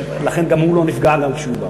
ולכן גם הוא לא נפגע גם כשהוא בא.